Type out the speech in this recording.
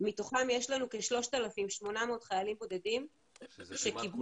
מתוכם יש לנו כ-3,800 חיילים בודדים שקיבלו